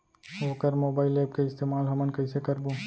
वोकर mobile app के इस्तेमाल हमन कइसे करबो?